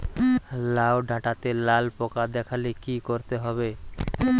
লাউ ডাটাতে লাল পোকা দেখালে কি করতে হবে?